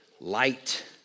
light